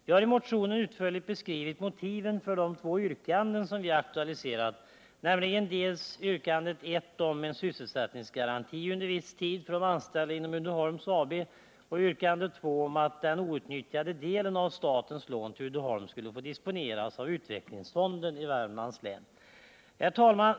Vi har i motionen utförligt beskrivit motiven för de två yrkanden som vi aktualiserat, nämligen yrkandet I om en sysselsättningsgaranti under viss tid för de anställda inom Uddeholms AB och yrkandet 2 om att den outnyttjade delen av statens lån till Uddeholm skall få disponeras av Utvecklingsfonden i Värmlands län. Herr talman!